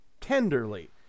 tenderly